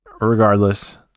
regardless